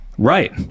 Right